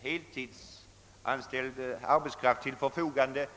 heltidsanställd arbetskraft till förfogande.